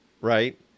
right